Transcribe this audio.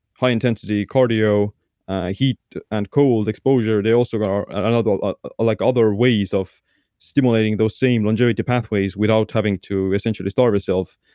high intensity cardio ah heat and cold exposure, they also but are and ah ah like other ways of stimulating those same longevity pathways without having to essentially starve yourself.